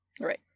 Right